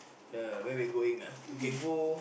the where we going ah we can go